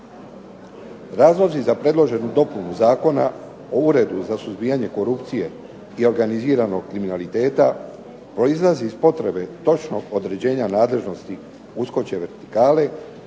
Razlozi za predloženu dopunu zakona o Uredu za suzbijanje korupcije i organiziranog kriminaliteta, proizlazi iz potrebe točnog određena nadležnosti uskočke vertikale